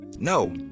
no